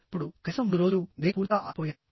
ఇప్పుడుకనీసం 3 రోజులు నేను పూర్తిగా ఆగిపోయాను